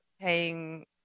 paying